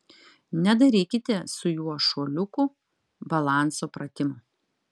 nedarykite su juo šuoliukų balanso pratimų